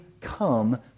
come